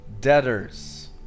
debtors